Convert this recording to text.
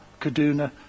Kaduna